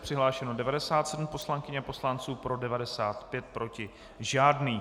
Přihlášeno 97 poslankyň a poslanců, pro 95, proti žádný.